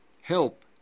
help